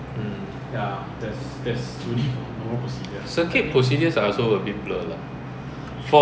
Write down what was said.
so uh so need to call for hailing sell or not